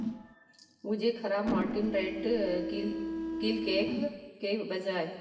मुझे खराब Mortein rat kill kill cake के बजाय